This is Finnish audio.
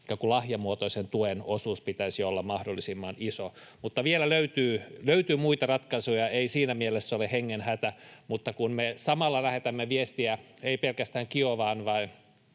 lahjamuotoisen tuen osuuden pitäisi olla mahdollisimman iso. Vielä löytyy muita ratkaisuja, ei siinä mielessä ole hengenhätä, mutta kun me samalla lähetämme viestiä ei pelkästään Kiovaan vaan